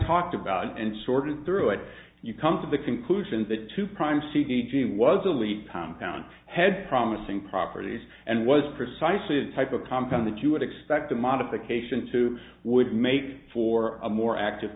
talked about and sorted through it you come to the conclusion that two prime c d g was only compound head promising properties and was precisely the type of compound that you would expect a modification to would make for a more active